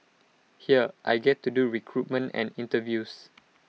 here I get to do recruitment and interviews